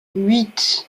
huit